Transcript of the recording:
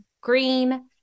Green